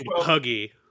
Puggy